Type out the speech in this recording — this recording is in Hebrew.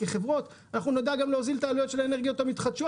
אנחנו נדע גם להוזיל את העלויות של האנרגיות המתחדשות,